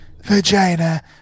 Vagina